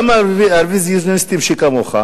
גם רוויזיוניסטים שכמוך,